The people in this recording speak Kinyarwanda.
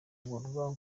mahugurwa